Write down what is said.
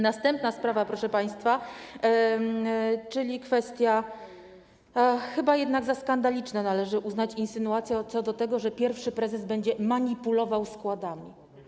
Następna sprawa, proszę państwa, czyli kwestia tego, że chyba jednak za skandaliczne należy uznać insynuacje na temat tego, że pierwszy prezes będzie manipulował składami.